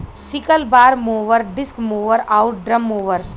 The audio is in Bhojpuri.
sickle bar mower, disc mower आउर ड्रम मोवर